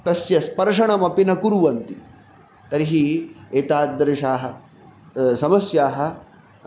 तस्य स्पर्शमपि न कुर्वन्ति तर्हि एतादृशाः समस्याः